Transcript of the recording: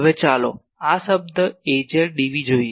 હવે ચાલો આ પદ Az dv જોઈએ